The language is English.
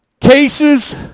Cases